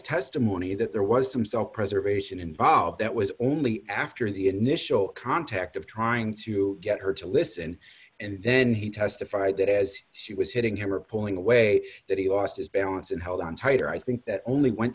testimony that there was some self preservation involved that was only after the initial contact of trying to get her to listen and then he testified that as she was hitting him or pulling away that he lost his balance and held on tighter i think that only went